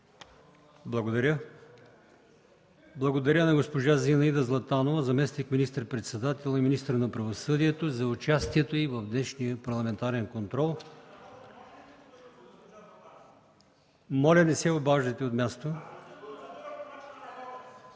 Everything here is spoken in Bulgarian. Благодаря. Благодаря на госпожа Зинаида Златанова – заместник министър-председател и министър на правосъдието, за участието й в днешния парламентарен контрол. (Народният представител Станислав